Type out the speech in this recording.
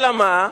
אלא מה,